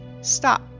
stop